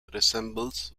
resembles